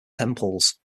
temples